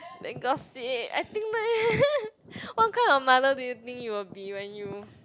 then gossip I think what kind of mother do you think you will be when you